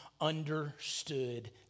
understood